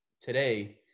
today